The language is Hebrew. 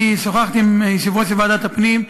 אני שוחחתי עם יושבת-ראש ועדת הפנים,